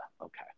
okay